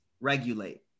regulate